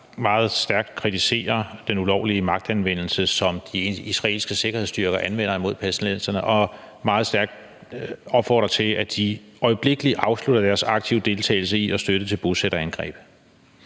meget stærkt kritiserer den ulovlige magtanvendelse, som de israelske sikkerhedsstyrker anvender mod palæstinenserne, og man opfordrer meget stærkt til, at de øjeblikkeligt afslutter deres aktive deltagelse i og støtte til bosætterangreb